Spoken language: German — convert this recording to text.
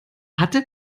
hatte